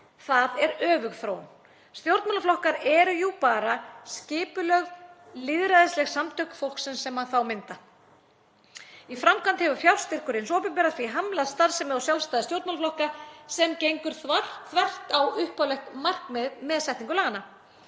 Það er öfugþróun. Stjórnmálaflokkar eru jú bara skipulögð lýðræðisleg samtök fólksins sem þá mynda. Í framkvæmd hefur fjárstyrkur hins opinbera því hamlað starfsemi og sjálfstæði stjórnmálaflokka sem gengur þvert á upphaflegt markmið með setningu laganna.